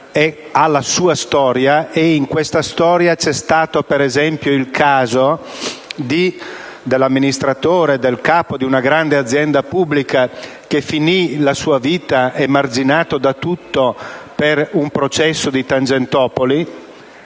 ha la sua storia, è in questa storia c'è stato, per esempio, il caso dell'amministratore di una grande azienda pubblica che finì la sua vita emarginato da tutto per un processo di Tangentopoli,